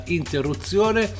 interruzione